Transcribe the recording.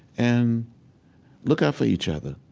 and look out for each other.